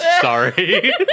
Sorry